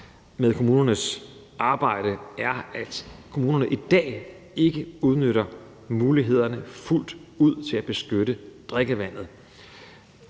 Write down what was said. med kommunernes arbejde, er, at kommunerne i dag ikke udnytter mulighederne for at beskytte drikkevandet